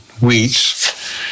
weeks